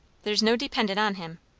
there's no dependin' on him.